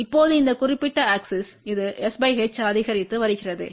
இப்போது இந்த குறிப்பிட்ட ஆக்ஸிஸ் இது s h அதிகரித்து வருகிறது